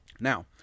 Now